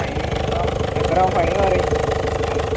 fine ഇപ്പം എത്രയാണ് ഫൈന്ന്ന് പറയ്